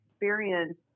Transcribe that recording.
experience